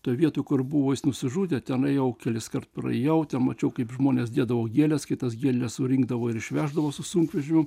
toj vietoj kur buvo jis nusižudė tenai jau keliskart praėjau mačiau kaip žmonės dėdavo gėles kai tas gėles surinkdavo ir išveždavo su sunkvežimiu